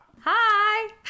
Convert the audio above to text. Hi